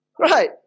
Right